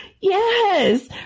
Yes